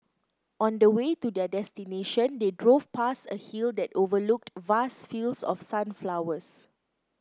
on the way to their destination they drove past a hill that overlooked vast fields of sunflowers